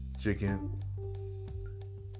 chicken